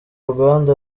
ruganda